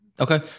Okay